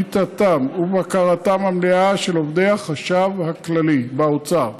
שליטתם ובקרתם המלאה של עובדי החשב הכללי באוצר.